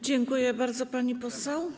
Dziękuję bardzo, pani poseł.